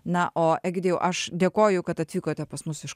na o egidijau aš dėkoju kad atvykote pas mus iš